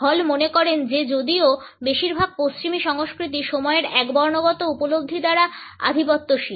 হল মনে করেন যে যদিও বেশিরভাগ পশ্চিমী সংস্কৃতি সময়ের একবর্ণগত উপলব্ধি দ্বারা আধিপত্যশীল